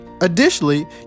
additionally